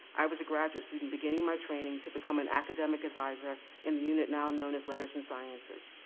i was a graduate student beginning my training to become an academic adviser in the unit now known as letters and sciences.